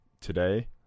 Today